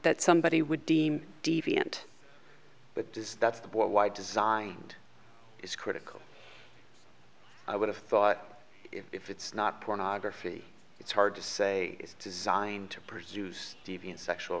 that somebody would deem deviant but does that's the boy why designed is critical i would have thought if it's not pornography it's hard to say is designed to produce deviant sexual